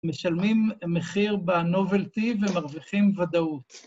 משלמים מחיר בנובל טי ומרוויחים ודאות.